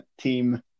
team